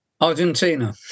Argentina